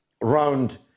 round